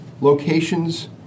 locations